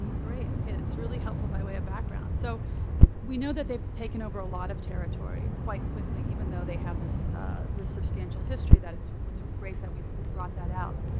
great. ok, that's really helpful by way of background. so we know that they've taken over a lot of territory quite quickly, even though they have this this substantial history that it's great that we brought that out.